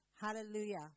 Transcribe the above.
Hallelujah